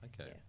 Okay